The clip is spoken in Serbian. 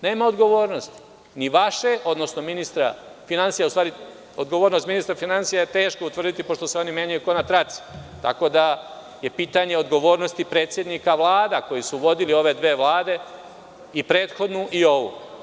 Nema odgovornosti, ni vaše, odnosno ministra finansija, u stvari odgovornost ministra finansija je teško utvrditi pošto se oni menjaju kao na traci, tako da je pitanje odgovornosti predsednika vlada koji su vodili ove dve vlade, i prethodnu i ovu.